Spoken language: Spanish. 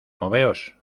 moveos